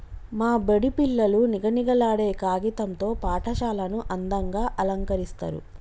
మా బడి పిల్లలు నిగనిగలాడే కాగితం తో పాఠశాలను అందంగ అలంకరిస్తరు